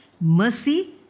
mercy